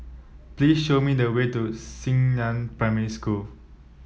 please show me the way to Xingnan Primary School